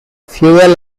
fuel